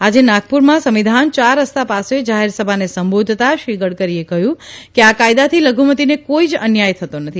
આજે નાગપુરમાં સંવિધાન ચાર રસ્તા પાસે જાહેર સભાને સંબોધતા શ્રી ગડકરીએ કહયું કે આ કાયદાથી લધુમતીને કોઇ જ અન્યાય થતો નથી